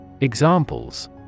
Examples